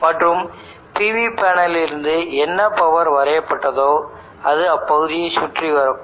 மற்றும் PV பேனலில் இருந்து என்ன பவர் வரையப்பட்டதோ அது இப்பகுதியை சுற்றி வரக்கூடும்